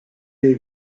est